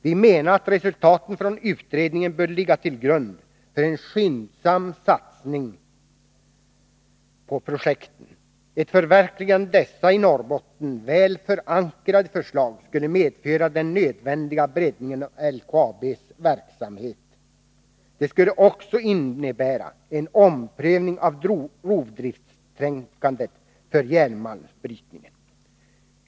Vi menar att resultaten från utredningen bör ligga till grund för en skyndsam satsning på projekten. Ett förverkligande av dessa i Norrbotten väl förankrade förslag skulle medföra den nödvändiga breddningen av LKAB:s verksamhet. Det skulle också innebära en omprövning av rovdriftstänkandet för järnmalmsbrytningen.